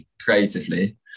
creatively